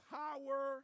power